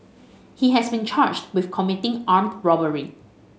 he has been charged with committing armed robbery